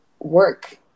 work